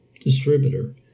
distributor